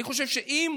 אני חושב שאם